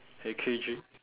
A_K_G